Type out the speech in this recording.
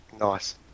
Nice